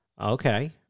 Okay